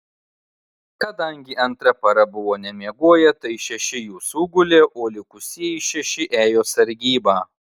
kadangi antra para buvo nemiegoję tai šeši jų sugulė o likusieji šeši ėjo sargybą